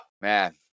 man